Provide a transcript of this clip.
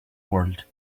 world